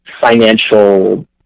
financial